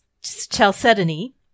chalcedony